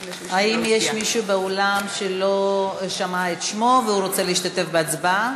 האם יש מישהו באולם שלא שמע את שמו והוא רוצה להשתתף בהצבעה?